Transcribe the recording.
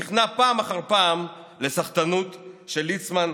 נכנע פעם אחר פעם לסחטנות של ליצמן,